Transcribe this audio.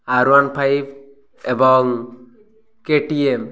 ଆର୍ one five ଏବଂ KTM